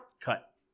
cut